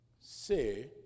Say